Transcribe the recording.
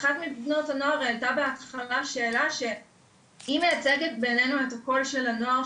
אחת מבנות הנוער העלתה שאלה שהיא מייצגת בעינינו את הקול של בני הנוער,